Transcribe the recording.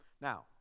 Now